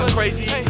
crazy